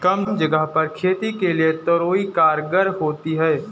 कम जगह पर खेती के लिए तोरई कारगर होती है